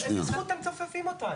באיזה זכות אתם מצופפים אותנו?